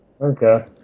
Okay